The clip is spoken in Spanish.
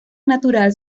natural